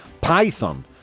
python